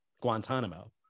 Guantanamo